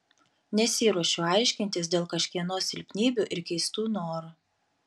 nesiruošiu aiškintis dėl kažkieno silpnybių ir keistų norų